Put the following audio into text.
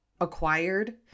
acquired